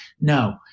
No